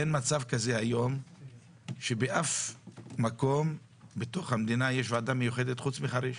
אין מצב כזה היום שבאף מקום בתוך המדינה יש ועדה מיוחדת חוץ מאשר בחריש.